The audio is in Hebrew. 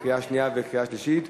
לקריאה שנייה וקריאה שלישית,